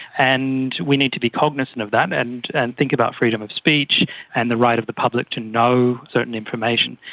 and we need to be cognisant of that and and think about freedom of speech and the right of the public to know certain information.